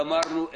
גמרנו,